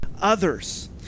others